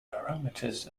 parameters